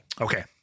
Okay